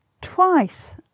Twice